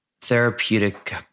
therapeutic